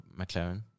McLaren